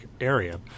area